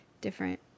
different